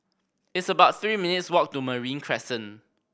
it's about three minutes' walk to Marine Crescent